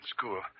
School